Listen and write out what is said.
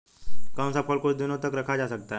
कौन सा फल कुछ दिनों तक रखा जा सकता है?